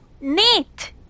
Neat